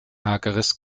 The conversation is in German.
hageres